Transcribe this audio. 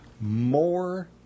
more